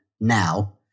now